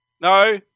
No